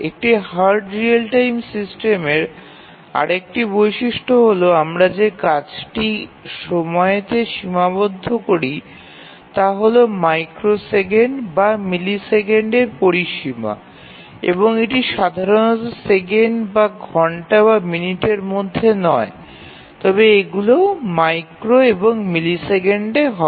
একটি hard real time সিস্টেমের আরেকটি বৈশিষ্ট্য হল আমরা যে কাজটি সময়তে সীমাবদ্ধ করি তা হল মাইক্রোসেকেন্ড বা মিলিসেকেন্ডের পরিসীমা এবং এটি সাধারণত সেকেন্ড বা ঘন্টা মিনিটের মধ্যে নয় তবে এগুলি মাইক্রো এবং মিলিসেকেন্ড হয়